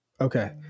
okay